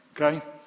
Okay